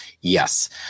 Yes